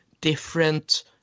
different